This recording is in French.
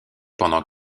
pendant